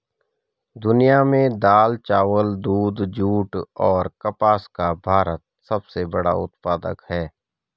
दुनिया में दाल, चावल, दूध, जूट और कपास का भारत सबसे बड़ा उत्पादक है